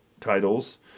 titles